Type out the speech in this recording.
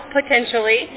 potentially